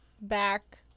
back